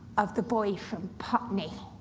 of the boy from putney.